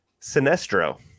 Sinestro